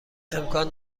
امکان